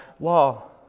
law